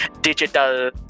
digital